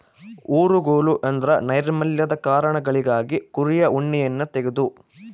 ಊರುಗೋಲು ಎಂದ್ರ ನೈರ್ಮಲ್ಯದ ಕಾರಣಗಳಿಗಾಗಿ ಕುರಿಯ ಉಣ್ಣೆಯನ್ನ ತೆಗೆದು